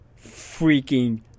freaking